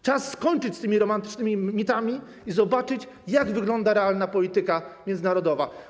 Czas skończyć z tymi romantycznymi mitami i zobaczyć, jak wygląda realna polityka międzynarodowa.